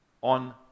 on